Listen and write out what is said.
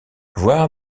voir